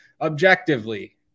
objectively